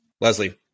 Leslie